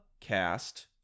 cast